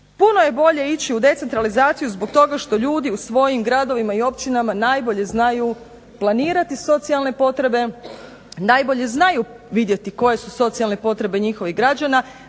Puno je bolje ići u decentralizaciju zbog čega što ljudi u svojim gradovima i općinama najbolje znaju planirati socijalne potrebe, najbolje znaju vidjeti koje su socijalne potrebe njihovih građana.